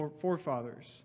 forefathers